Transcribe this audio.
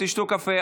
תשתו קפה,